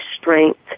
strength